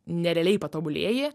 nerealiai patobulėji